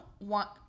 want